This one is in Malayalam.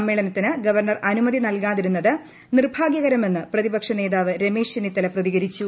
സമ്മേളനത്തിന് ഗവർണ്ണർ അനുമതി നൽകാതിരുന്നത് നിർഭാഗ്യകരമെന്ന് പ്രതിപക്ഷനേതാവ് രമേശ് ചെന്നിത്തല പ്രതികരിച്ചു